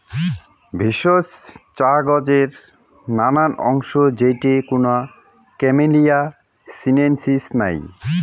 ভেষজ চা গছের নানান অংশ যেইটে কুনো ক্যামেলিয়া সিনেনসিস নাই